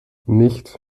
nicht